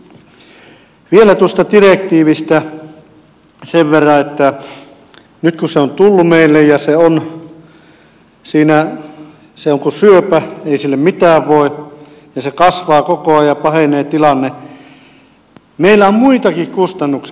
vielä tuosta direktiivistä sen verran että nyt se on tullut meille ja se on siinä se on kuin syöpä ei sille mitään voi ja se kasvaa koko ajan ja pahenee tilanne mutta meillä on muitakin kustannuksia